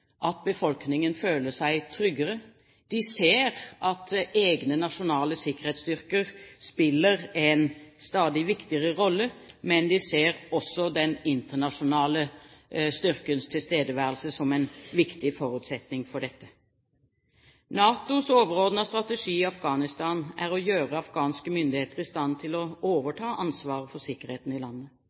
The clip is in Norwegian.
at befolkningen føler seg tryggere. De ser at egne nasjonale sikkerhetsstyrker spiller en stadig viktigere rolle, men de ser også den internasjonale styrkens tilstedeværelse som en viktig forutsetning for dette. NATOs overordnede strategi i Afghanistan er å gjøre afghanske myndigheter i stand til å overta ansvaret for sikkerheten i landet.